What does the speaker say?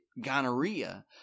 gonorrhea